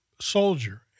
soldier